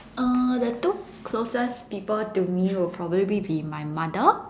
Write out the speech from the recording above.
uh the two closest people to me would probably be my mother